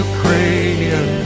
Ukrainian